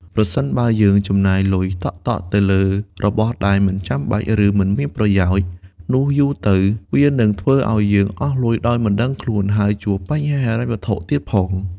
ប្រសិនបើ យើងចំណាយលុយតក់ៗទៅលើរបស់ដែលមិនចាំបាច់ ឬមិនមានប្រយោជន៍ នោះយូរទៅវានឹងធ្វើឱ្យយើងអស់លុយដោយមិនដឹងខ្លួន ហើយជួបបញ្ហាហិរញ្ញវត្ថុទៀតផង។